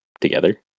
together